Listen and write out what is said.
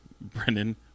Brendan